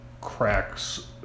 cracks